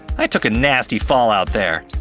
i took a nasty fall out there.